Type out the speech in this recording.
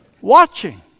Watching